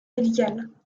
médical